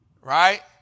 Right